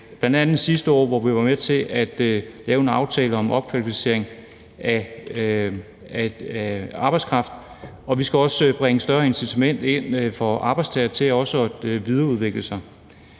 bl.a. sidste år, hvor vi var med til at lave en aftale om opkvalificering af arbejdskraft, og vi skal også bringe et større incitament ind for arbejdstagere til at videreudvikle sig.